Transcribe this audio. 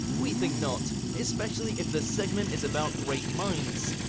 we think not, especially if the segment is about great minds.